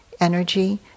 energy